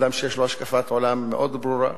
אדם שיש לו השקפת עולם מאוד ברורה,